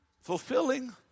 Fulfilling